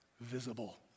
visible